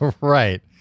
Right